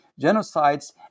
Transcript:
genocides